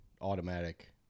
automatic